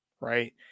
right